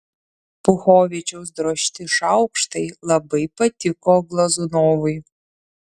puchovičiaus drožti šaukštai labai patiko glazunovui